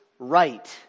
Right